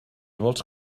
vols